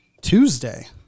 Tuesday